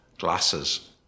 glasses